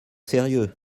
sérieux